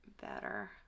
better